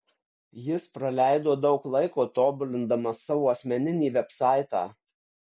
jis praleido daug laiko tobulindamas savo asmeninį vebsaitą